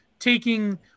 taking